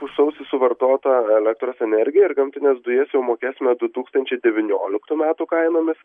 už sausį suvartotą elektros energiją ir gamtines dujas jau mokėsime du tūkstančiai devynioliktų metų kainomis